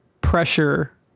pressure